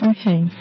Okay